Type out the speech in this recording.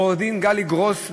עורכת-דין גלי גרוס,